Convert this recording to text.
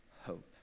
hope